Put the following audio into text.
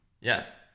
yes